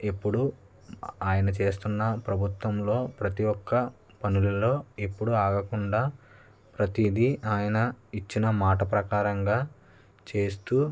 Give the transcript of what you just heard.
ఎప్పుడు ఆయన చేస్తున్న ప్రభుత్వంలో ప్రతీ యొక్క పనులలో ఎప్పుడు ఆగకుండా ప్రతీదీ ఆయన ఇచ్చిన మాట ప్రకారంగా చేస్తూ